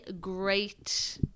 great